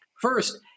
first